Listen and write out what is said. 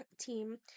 team